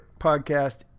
podcast